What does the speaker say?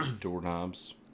doorknobs